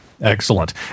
Excellent